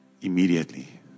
immediately